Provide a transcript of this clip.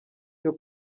cyo